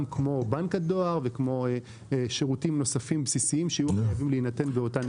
כמו בנק הדואר ושירותים נוספים בסיסיים שיוכלו להינתן באותה נקודה.